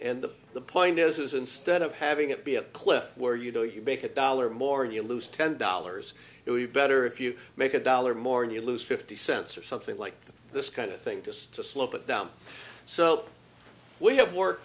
and the point is instead of having it be a cliff where you know you make a dollar more and you lose ten dollars it will be better if you make a dollar more and you lose fifty cents or something like that this kind of thing just to slope it down so we have wor